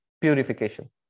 purification